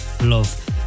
Love